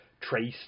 traced